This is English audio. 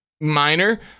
Minor